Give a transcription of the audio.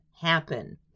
happen